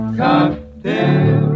cocktail